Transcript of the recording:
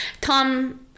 Tom